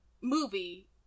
movie